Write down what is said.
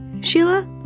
Sheila